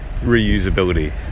reusability